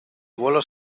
vuelo